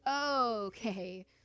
okay